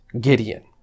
gideon